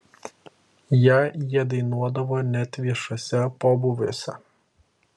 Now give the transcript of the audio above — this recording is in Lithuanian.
ją jie dainuodavo net viešuose pobūviuose